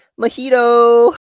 Mojito